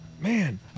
Man